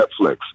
Netflix